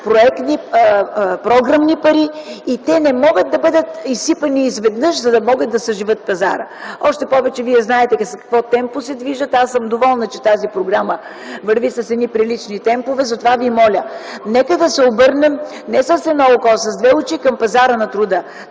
програмни пари. Те не могат да бъдат изсипани наведнъж, за да могат да съживят пазара. Вие знаете с какво темпо се движат. Доволна съм, че тази програма върви с прилични темпове. Моля ви: нека се обърнем не с едно око, а с две очи към пазара на труда.